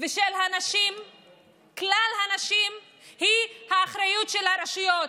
ושל כלל הנשים היא האחריות של הרשויות,